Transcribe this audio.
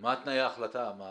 מה תנאי ההחלטה?